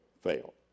fail